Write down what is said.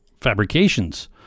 fabrications